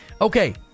okay